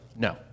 No